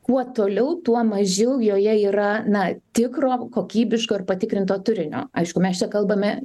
kuo toliau tuo mažiau joje yra na tikro kokybiško ir patikrinto turinio aišku mes čia kalbame